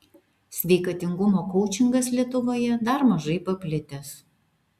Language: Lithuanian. sveikatingumo koučingas lietuvoje dar mažai paplitęs